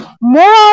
More